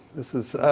this is,